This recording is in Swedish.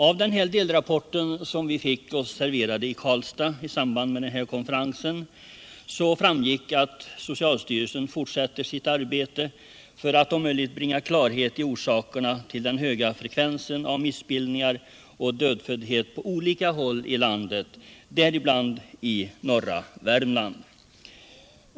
Av den här delrapporten, som vi fick oss serverad i Karlstad i samband med konferensen, framgick att socialstyrelsen forsätter sitt arbete för att om möjligt bringa klarhet i orsakerna till den höga frekvensen av missbildningar och dödföddhet på olika håll i landet, däribland i norra Värmland.